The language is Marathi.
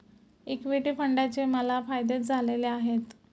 इक्विटी फंडाचे मला फायदेच झालेले आहेत